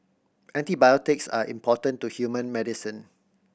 antibiotics are important to human medicine